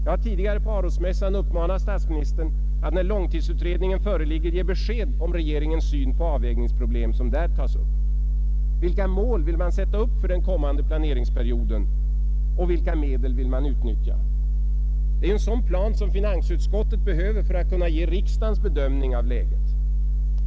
Jag har tidigare på Arosmässan uppmanat statsministern att när långtidsutredningen föreligger ge besked om regeringens syn på de avvägningsproblem som där tas upp. Vilka mål vill man sätta upp för den kommande planeringsperioden, och vilka medel vill man utnyttja? Det är ju en sådan plan som finansutskottet behöver för att kunna ge riksdagens bedömning av läget.